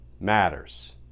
matters